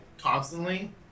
constantly